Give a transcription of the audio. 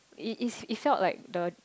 it is it felt like the